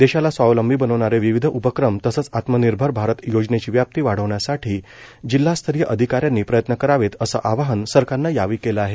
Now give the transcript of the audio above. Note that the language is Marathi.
देशाला स्वावलंबी बनवणारे विविध उपक्रम तसंच आत्मनिर्भर भारत योजनेची व्याप्ती वाढवण्यासाठी जिल्हास्तरीय अधिकाऱ्यांनी प्रयत्न करावेत असं आवाहन सरकारनं केलं आहे